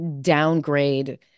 downgrade